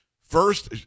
first